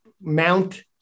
mount